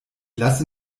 lasse